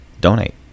donate